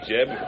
Jeb